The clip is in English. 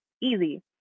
easy